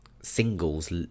Singles